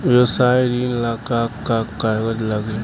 व्यवसाय ऋण ला का का कागज लागी?